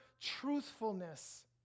truthfulness